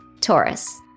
Taurus